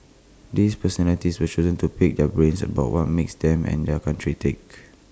these personalities were chosen to pick their brains about what makes them and their country tick